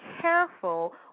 careful